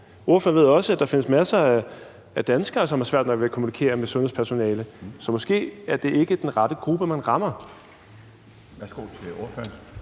Ordføreren ved også, at der findes masser af danskere, som har svært nok ved at kommunikere med sundhedspersonalet. Så måske er det ikke den rette gruppe, man rammer. Kl. 13:34 Den